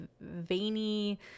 veiny